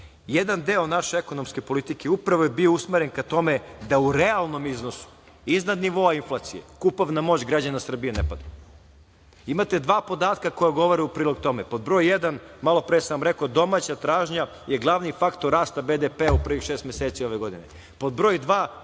jedan deo naše ekonomske politike upravo je bio usmeren ka tome da u realnom iznosu, iznad nivoa inflacije kupovna moć građana Srbije ne pada. Imate dva podatka koja govore u prilog tome. Pod broj jedan, malo pre sam vam rekao, domaća tražnja je glavni faktor rasta BDP u prvih šest meseci ove godine. Pod broj dva,